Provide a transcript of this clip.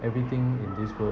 everything in this world